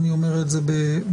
ואני אומר זאת בפתיחות.